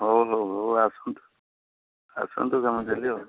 ହଉ ହଉ ହଉ ଆସନ୍ତୁ ଆସନ୍ତୁ ତୁମେ କାଲି ଆଉ